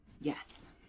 Yes